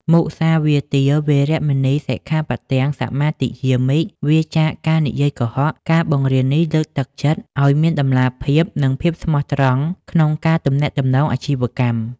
មុសាវាទា វេរមណី សិក្ខាបទំ សមាទិយាមិ វៀរចាកការនិយាយកុហក ការបង្រៀននេះលើកទឹកចិត្តឱ្យមានតម្លាភាព និងភាពស្មោះត្រង់ក្នុងការទំនាក់ទំនងអាជីវកម្ម។